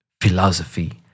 philosophy